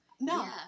No